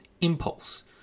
impulse